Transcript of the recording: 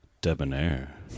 debonair